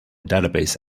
database